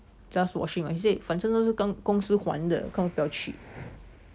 just washing what he said 反正都是跟公司还的干嘛不要去